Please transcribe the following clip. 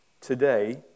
Today